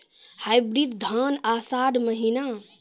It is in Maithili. हाइब्रिड धान आषाढ़ महीना?